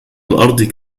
الأرض